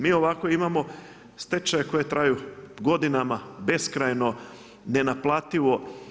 Mi ovako imamo stečaj koji traju godinama, beskrajno, nenaplativo.